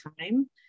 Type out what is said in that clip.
time